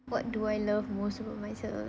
what do I love most about myself